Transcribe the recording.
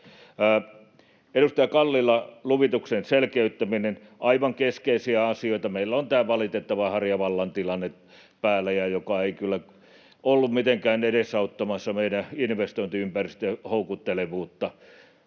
Edustaja Kalli, luvituksen selkeyttäminen: Aivan keskeisiä asioita. Meillä on tämä valitettava Harjavallan tilanne päällä, joka ei kyllä ollut mitenkään edesauttamassa meidän investointiympäristön houkuttelevuutta.